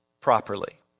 properly